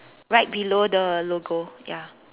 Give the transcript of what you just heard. right below the logo ya